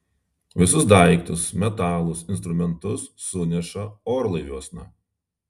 visus daiktus metalus instrumentus suneša orlaiviuosna